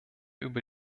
über